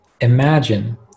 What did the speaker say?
imagine